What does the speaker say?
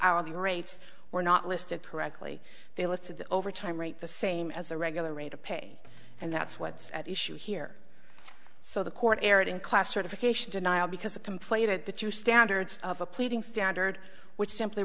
hourly rates were not listed correctly they listed the overtime rate the same as a regular rate of pay and that's what's at issue here so the court erred in class certification denial because a complaint at the two standards of a pleading standard which simply